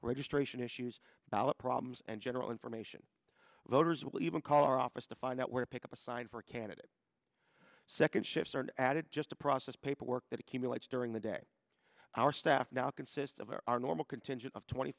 registration issues ballot problems and general information voters will even call our office to find out where pick up a sign for a candidate second shift or an added just to process paperwork that accumulates during the day our staff now consists of our normal contingent of twenty